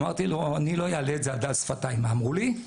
אמרתי לו: אני לא אעלה על דל שפתיי מה אמרו לי.